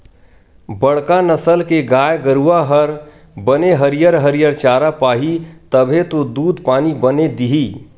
बड़का नसल के गाय गरूवा हर बने हरियर हरियर चारा पाही तभे तो दूद पानी बने दिही